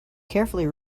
carefully